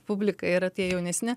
publika yra tie jaunesni